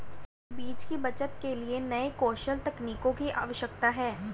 बीज की बचत के लिए नए कौशल तकनीकों की आवश्यकता है